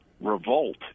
revolt